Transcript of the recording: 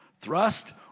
Thrust